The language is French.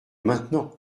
maintenant